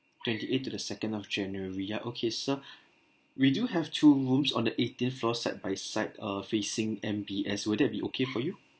twenty eight to the second of january ya okay sir we do have two rooms on the eighteenth floor side by side uh facing M_B_S will that be okay for you